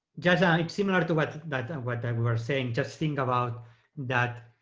just yeah like similar to what that and what that we were saying, just think about that